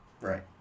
Right